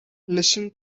listen